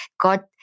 God